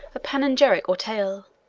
a panegyric or tale